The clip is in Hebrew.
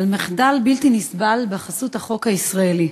על מחדל בלתי נסבל בחסות החוק הישראלי.